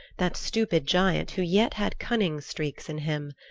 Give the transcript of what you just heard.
that stupid giant who yet had cunning streaks in him.